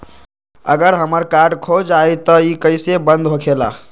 अगर हमर कार्ड खो जाई त इ कईसे बंद होकेला?